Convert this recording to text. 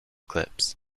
clips